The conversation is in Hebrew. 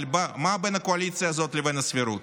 אבל מה בין הקואליציה הזאת לבין הסבירות?